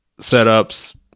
setups